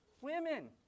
Women